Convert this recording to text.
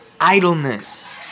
idleness